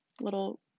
little